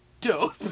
dope